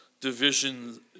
division